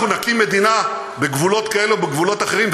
אנחנו נקים מדינה בגבולות כאלה או בגבולות אחרים,